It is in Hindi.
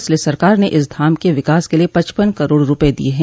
इसलिये सरकार ने इस धाम के विकास के लिये पचपन करोड़ रूपये दिये हैं